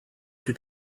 two